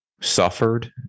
suffered